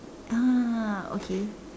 ah okay